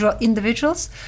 individuals